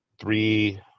three